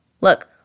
Look